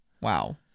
Wow